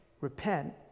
Repent